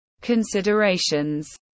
considerations